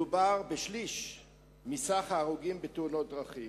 מדובר בשליש מכלל ההרוגים בתאונות דרכים.